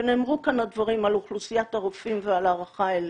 ונאמרו כאן הדברים על אוכלוסיית הרופאים ועל ההערכה אליהם,